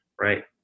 Right